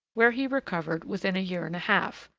where he recovered within a year and a half,